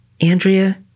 Andrea